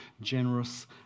generous